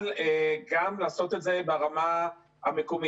אבל גם לעשות את זה ברמה המקומית.